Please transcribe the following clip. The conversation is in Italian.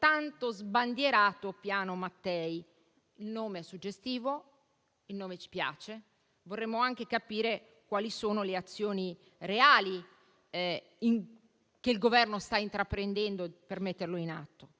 tanto sbandierato Piano Mattei: un nome suggestivo, un nome che ci piace, ma vorremmo anche capire quali sono le azioni reali che il Governo sta intraprendendo per metterlo in atto.